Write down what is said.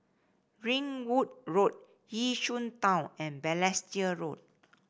Ringwood Road Yishun Town and Balestier Road